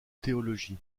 théologie